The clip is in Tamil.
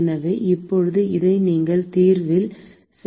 எனவே இப்போது இதை நம் தீர்வில் செருகலாம்